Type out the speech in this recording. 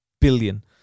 billion